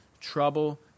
trouble